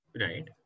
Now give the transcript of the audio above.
Right